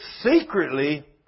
secretly